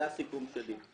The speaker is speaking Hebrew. זה הסיכום שלי.